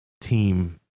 team